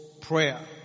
prayer